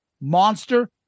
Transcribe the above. monster